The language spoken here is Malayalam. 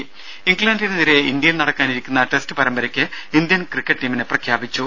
ും ഇംഗ്ലണ്ടിനെതിരെ ഇന്ത്യയിൽ നടക്കാനിരിക്കുന്ന ടെസ്റ്റ് പരമ്പരക്ക് ഇന്ത്യൻ ക്രിക്കറ്റ് ടീമിനെ പ്രഖ്യാപിച്ചു